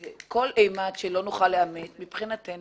כל אימת שלא נוכל לאמת, מבחינתנו,